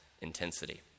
intensity